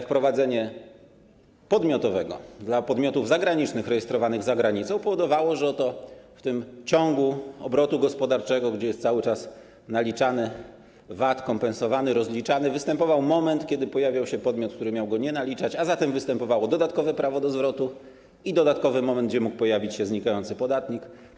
Wprowadzenie podmiotowego dla podmiotów zagranicznych, rejestrowanych za granicą powodowało, że oto w tym ciągu obrotu gospodarczego, gdzie jest cały czas naliczany VAT, kompensowany, rozliczany, występował moment, kiedy pojawiał się podmiot, który miał go nie naliczać, a zatem występowało dodatkowe prawo do zwrotu i dodatkowy moment, gdzie mógł pojawić się znikający podatnik.